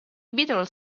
beatles